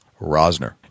Rosner